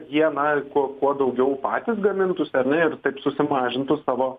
jie na kuo kuo daugiau patys gamintųs ar ne ir taip susimažintų savo